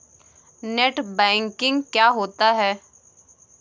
Net banking क्या होता है?